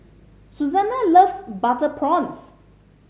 Susana loves butter prawns